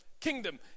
kingdom